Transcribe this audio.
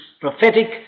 prophetic